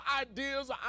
ideas